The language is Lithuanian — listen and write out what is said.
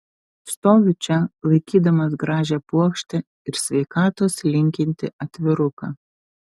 stoviu čia laikydamas gražią puokštę ir sveikatos linkintį atviruką